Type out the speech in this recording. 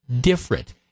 different